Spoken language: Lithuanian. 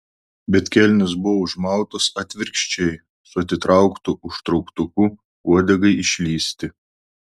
bet kelnės buvo užmautos atvirkščiai su atitrauktu užtrauktuku uodegai išlįsti